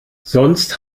sonst